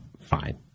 fine